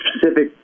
specific